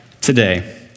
today